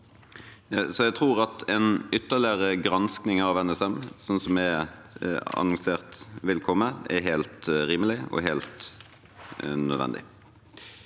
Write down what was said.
Jeg tror at en ytterligere granskning av NSM, som er annonsert vil komme, er helt rimelig og helt nødvendig.